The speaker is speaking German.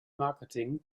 marketing